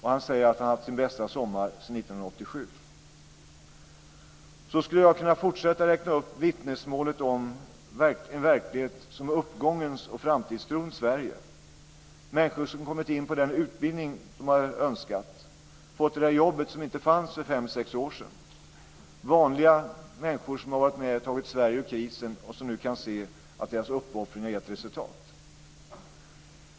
Han säger att han har haft sin bästa sommar sedan år 1987. Så skulle jag kunna fortsätta att räkna upp vittnesmål om en verklighet som är uppgångens och framtidstrons Sverige - människor som kommit in på den utbildning de har önskat eller fått det där jobbet som inte fanns för fem sex år sedan, vanliga människor som varit med och tagit Sverige ur krisen och som nu kan se att deras uppoffringar har gett resultat.